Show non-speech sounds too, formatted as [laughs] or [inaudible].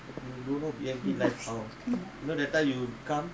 [laughs]